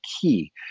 key